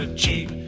cheap